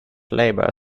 labour